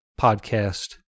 podcast